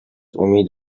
امید